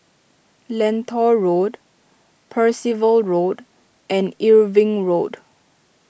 Lentor Road Percival Road and Irving Road